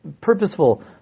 purposeful